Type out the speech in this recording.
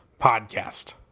podcast